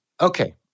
Okay